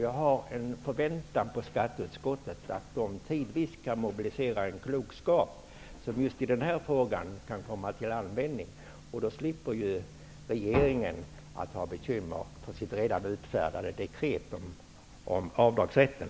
Jag förväntar mig att skatteutskottet mobiliserar en klokskap som kan komma till användning just i den här frågan. Då slipper regeringen ha bekymmer för sitt redan utfärdade dekret om avdragsrätten.